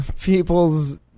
people's